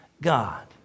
God